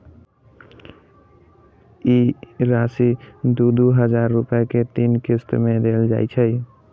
ई राशि दू दू हजार रुपया के तीन किस्त मे देल जाइ छै